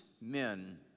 men